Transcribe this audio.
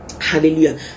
Hallelujah